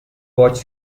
watch